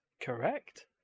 Correct